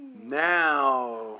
now